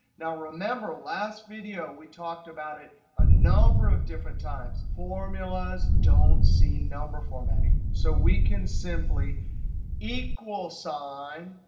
now remember, last video we talked about it a number of different times formulas don't see number formatting. so, we can simply equal sign,